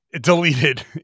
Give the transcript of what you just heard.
deleted